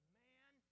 man